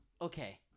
Okay